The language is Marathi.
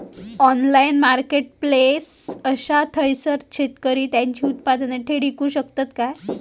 ऑनलाइन मार्केटप्लेस असा थयसर शेतकरी त्यांची उत्पादने थेट इकू शकतत काय?